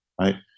right